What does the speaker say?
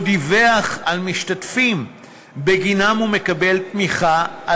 או דיווח על משתתפים שבגינם הוא מקבל תמיכה,